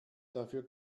dafür